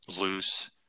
loose